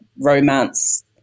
romance